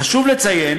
חשוב לציין